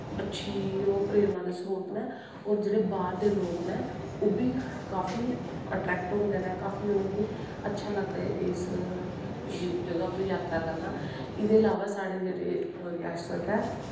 अच्छी ओह् प्ररणा दे स्त्रोत नै और जेह्ड़े बाह्रदे लोग नै काफी अट्रैक्ट होंदे नै काफी उनेंगी अच्छा लगदा इस जगा पर जात्तरा करना इङ्दे इलावा साढ़ी जेह्ड़ी रियास्त ऐ